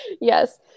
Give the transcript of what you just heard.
Yes